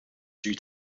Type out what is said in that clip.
due